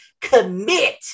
commit